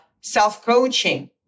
self-coaching